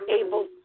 able